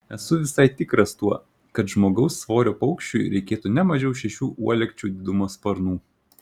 esu visai tikras tuo kad žmogaus svorio paukščiui reikėtų ne mažiau šešių uolekčių didumo sparnų